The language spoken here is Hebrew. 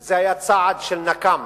זה היה צעד של נקם